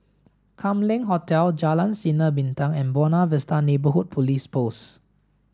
Kam Leng Hotel Jalan Sinar Bintang and Buona Vista Neighbourhood Police Post